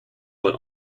but